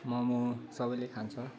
मोमो सबैले खान्छ